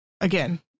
again